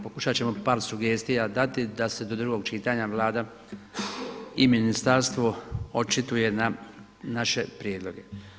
Pokušat ćemo par sugestija dati da se do drugog čitanja Vlada i ministarstvo očituje na naše prijedloge.